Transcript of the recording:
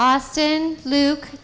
austin luke